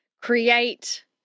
create